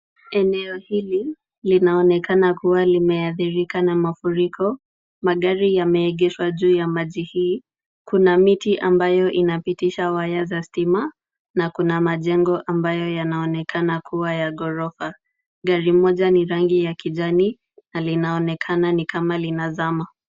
Eneo hili linaonekana kuwa limeathirika na mafuriko. Magari yameegeshwa juu ya maji hii. Kuna miti ambayo inapitisha waya za stima na kuna majengo ambayo yanaonekana kuwa ya ghorofa. Gari moja ni rangi ya kijani na linaonekana ni kama linazama.